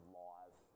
live